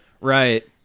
right